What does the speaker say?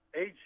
age